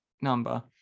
number